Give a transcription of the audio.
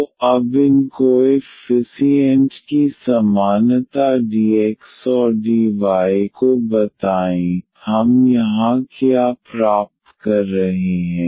तो अब इन कोएफ़्फिसिएंट की समानता dx और dy को बताएं हम यहां क्या प्राप्त कर रहे हैं